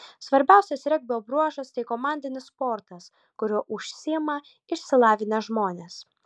svarbiausias regbio bruožas tai komandinis sportas kuriuo užsiima išsilavinę žmonės